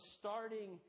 starting